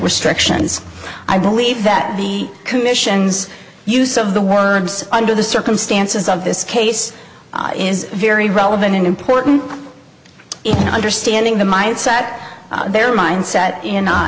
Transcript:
restrictions i believe that the commission's use of the words under the circumstances of this case is very relevant and important in understanding the mindset their mindset in